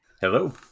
hello